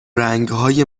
رنگهای